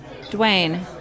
Dwayne